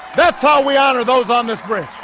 that's how we honour those on this bridge.